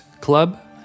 Club